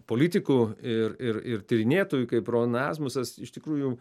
politikų ir ir ir tyrinėtojų kaip ron asmusas iš tikrųjų